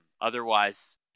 Otherwise